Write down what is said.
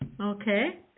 Okay